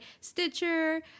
Stitcher